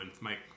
Mike